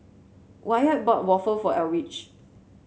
Wyatt bought waffle for Eldridge